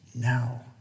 now